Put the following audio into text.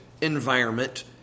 environment